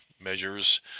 measures